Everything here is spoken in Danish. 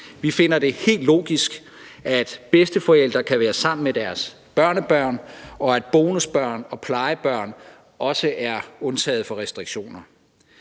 Vi finder det helt logisk, at bedsteforældre kan være sammen med deres børnebørn, og at bonusbørn og plejebørn også er undtaget fra restriktioner.